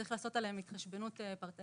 צריך לעשות עליהם התחשבנות פרטנית.